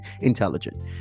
intelligent